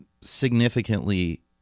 significantly